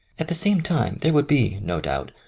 at the same time there would be, no doubt,